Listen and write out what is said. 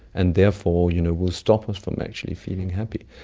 and therefore you know will stop us from actually feeling happy.